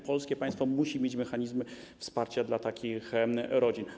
Polskie państwo musi mieć mechanizmy wsparcia dla takich rodzin.